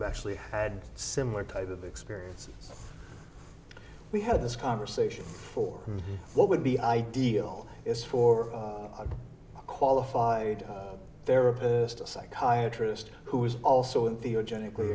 actually had similar type of experience we had this conversation for what would be ideal is for a qualified therapist or psychiatrist who is also in the are generally